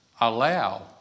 allow